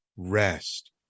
Rest